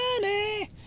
Money